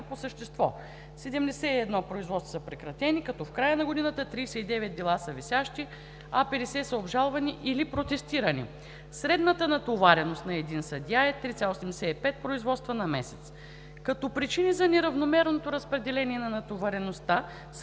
по същество, 71 производства са прекратени, като в края на годината 39 дела са висящи, а 50 са обжалвани или протестирани. Средната натовареност на един съдия е 3,75 производства на месец. Като причини за неравномерното разпределение на натовареността